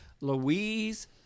Louise